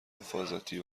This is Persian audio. حفاظتی